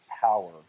power